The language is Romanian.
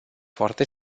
foarte